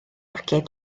bagiau